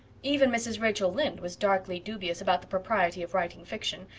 even mrs. rachel lynde was darkly dubious about the propriety of writing fiction,